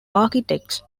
architects